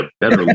better